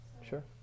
Sure